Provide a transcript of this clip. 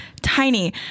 tiny